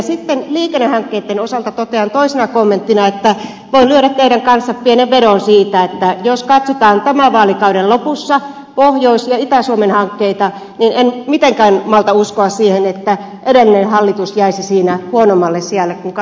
sitten liikennehankkeitten osalta totean toisena kommenttina että voin lyödä teidän kanssanne pienen vedon siitä että jos katsotaan tämän vaalikauden lopussa pohjois ja itä suomen hankkeita niin en mitenkään malta uskoa siihen että edellinen hallitus jäisi siinä huonommalle sijalle kun katsotaan rahoitusmääriä